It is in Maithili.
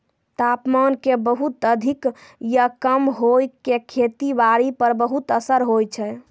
तापमान के बहुत अधिक या कम होय के खेती बारी पर बहुत असर होय छै